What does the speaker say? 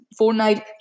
Fortnite